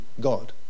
God